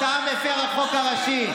אתה מפר החוק הראשי.